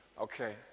Okay